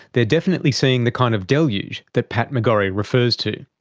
they're definitely seeing the kind of deluge that pat mcgorry refers to.